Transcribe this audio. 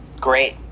Great